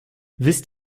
wisst